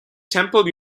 temple